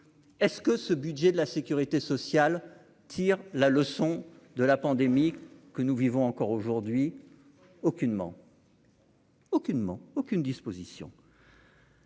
est-ce que ce budget de la Sécurité sociale tire la leçon de la pandémie que nous vivons encore aujourd'hui aucunement. Aucunement aucune disposition.